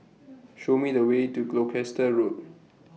Show Me The Way to Gloucester Road